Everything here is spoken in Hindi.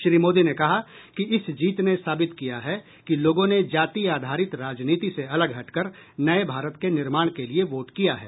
श्री मोदी ने कहा कि इस जीत ने साबित किया है कि लोगों ने जाति आधारित राजनीति से अलग हटकर नए भारत के निर्माण के लिए वोट किया है